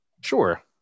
Sure